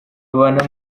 babana